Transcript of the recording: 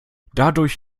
dadurch